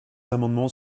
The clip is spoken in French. amendements